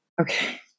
Okay